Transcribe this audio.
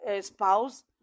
spouse